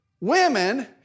Women